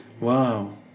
Wow